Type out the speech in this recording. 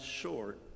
short